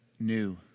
new